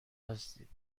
هستید